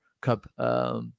cup